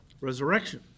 Resurrection